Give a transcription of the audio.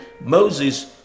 Moses